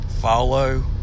follow